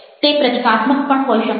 તે પ્રતીકાત્મક પણ હોઈ શકે છે